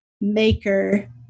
maker